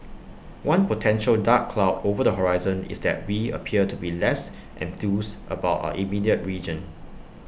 one potential dark cloud over the horizon is that we appear to be less enthused about our immediate region